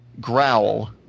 growl